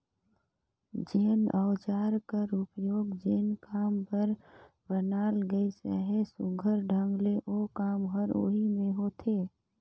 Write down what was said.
जेन अउजार कर उपियोग जेन काम बर बनाल गइस अहे, सुग्घर ढंग ले ओ काम हर ओही मे होथे